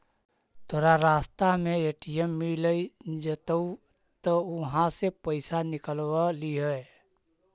तोरा रास्ता में ए.टी.एम मिलऽ जतउ त उहाँ से पइसा निकलव लिहे